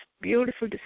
beautiful